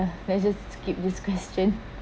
let's just skip this question